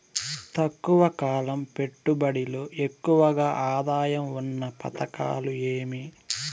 తక్కువ కాలం పెట్టుబడిలో ఎక్కువగా ఆదాయం ఉన్న పథకాలు ఏమి?